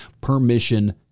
permission